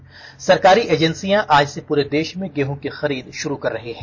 त् सरकारी एजेंसियां आज से पूरे देश में गेहूं की खरीद शुरू कर रही हैं